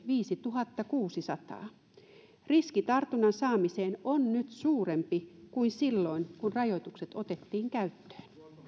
viisituhattakuusisataa riski tartunnan saamiseen on nyt suurempi kuin silloin kun rajoitukset otettiin käyttöön